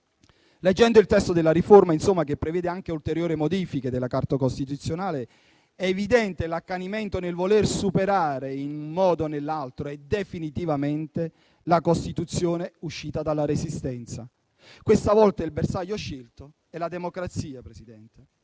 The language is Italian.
Leggendo il testo della riforma, che prevede anche ulteriori modifiche della Carta costituzionale, è evidente l'accanimento nel voler superare in un modo o nell'altro e definitivamente la Costituzione uscita dalla Resistenza. Questa volta il bersaglio scelto è la democrazia. Deve